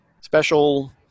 special